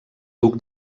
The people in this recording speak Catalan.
duc